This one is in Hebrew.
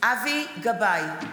אמיר אוחנה,